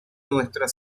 nuestra